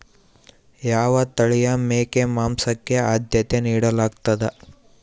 ಯಾವ ತಳಿಯ ಮೇಕೆ ಮಾಂಸಕ್ಕೆ, ಆದ್ಯತೆ ನೇಡಲಾಗ್ತದ?